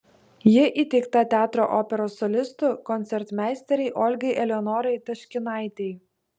ji įteikta teatro operos solistų koncertmeisterei olgai eleonorai taškinaitei